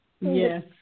Yes